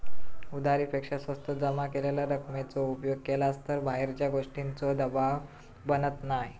उधारी पेक्षा स्वतः जमा केलेल्या रकमेचो उपयोग केलास तर बाहेरच्या गोष्टींचों दबाव बनत नाय